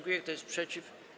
Kto jest przeciw?